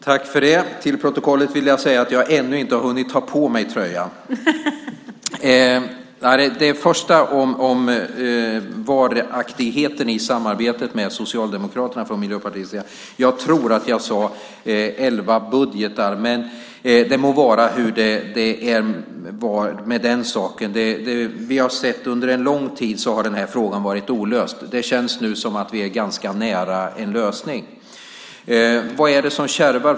Fru talman! Till protokollet vill jag säga att jag ännu inte har hunnit ta på mig tröjan. När det gäller varaktigheten i samarbetet med Socialdemokraterna från Miljöpartiets sida tror jag att jag sade elva budgetar, men det må vara. Vi har sett att under en lång tid har den här frågan varit olöst. Det känns nu som att vi är ganska nära en lösning. Vad är det som kärvar?